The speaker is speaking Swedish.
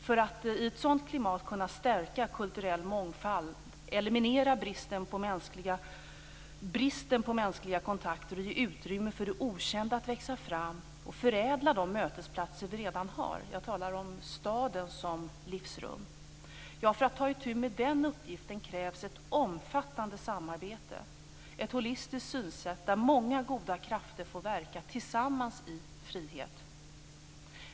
För att i ett sådant klimat kunna stärka kulturell mångfald, eliminera bristen på mänskliga kontakter och ge utrymme för det okända att växa fram och förädla de mötesplatser vi redan har - jag talar om staden som livsrum - krävs ett omfattande samarbete, ett holistiskt synsätt där många goda krafter får verka tillsammans i frihet.